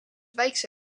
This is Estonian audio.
väikse